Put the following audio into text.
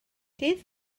dydd